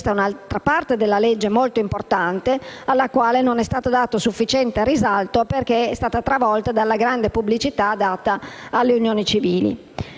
questa è un'altra parte della legge, molto importante, alla quale non è stato dato sufficiente risalto perché è stata travolta dalla grande pubblicità data alle unioni civili.